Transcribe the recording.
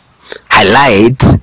highlight